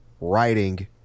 writing